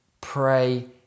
pray